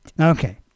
Okay